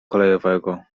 kolejowego